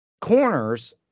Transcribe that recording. corners